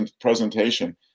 presentation